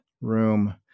room